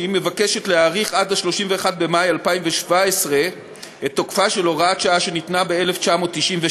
המבקשת להאריך עד 31 במאי 2017 את תוקפה של הוראת שעה שניתנה ב-1996,